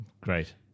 Great